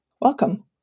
Welcome